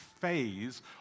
phase